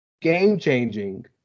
game-changing